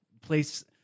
place